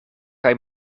kaj